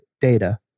data